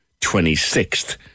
26th